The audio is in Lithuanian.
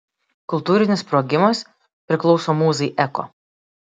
kultūrinis sprogimas priklauso mūzai eko